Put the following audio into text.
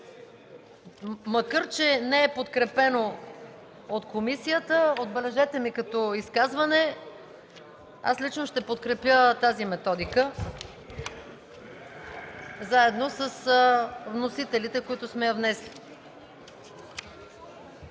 Макар че не е подкрепено от комисията – отбележете ми като изказване – аз лично ще подкрепя тази методика, заедно с вносителите, с които сме я внесли.